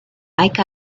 make